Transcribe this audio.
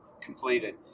completed